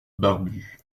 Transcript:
barbu